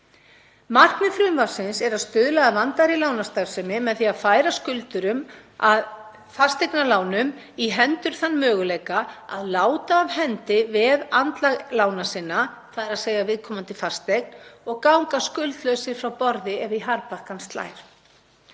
Markmið frumvarpsins er að stuðla að vandaðri lánastarfsemi með því að færa skuldurum að fasteignalánum í hendur þann möguleika að láta af hendi veðandlag lána sinna, þ.e. viðkomandi fasteign, og ganga skuldlausir frá borði ef í harðbakkann slær.